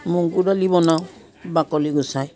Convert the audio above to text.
মগু দালি বনাওঁ বাকলি গুচাই